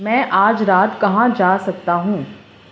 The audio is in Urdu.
میں آج رات کہاں جا سکتا ہوں